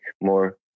more